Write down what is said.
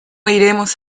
iremos